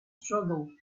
struggle